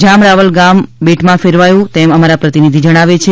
જામ રાવલ ગામ બેટમાં ફેરવાયુ છે તેમ અમારા પ્રતિનિધિ જણાવે છે